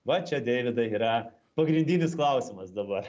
va čia deividai yra pagrindinis klausimas dabar